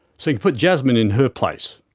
so like put jasmine in her place,